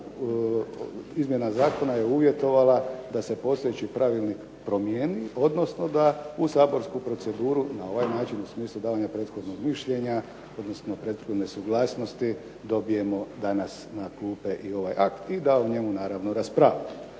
izmjena zakona je uvjetovala da se postojeći pravilnik promijeni odnosno da u saborsku proceduru na ovaj način u smislu davanja prethodnog mišljenja, odnosno prethodne suglasnosti dobijemo danas na klupe i ovaj akt i da o njemu naravno raspravljamo.